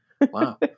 Wow